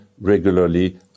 regularly